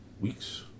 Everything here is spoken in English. Weeks